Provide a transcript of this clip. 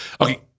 Okay